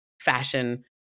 fashion